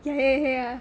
ya ya ya ya